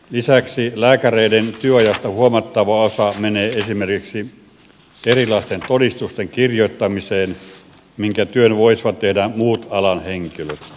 lisäksi lääkäreiden työajasta huomattava osa menee esimerkiksi erilaisten todistusten kirjoittamiseen minkä työn voisivat tehdä muut alan henkilöt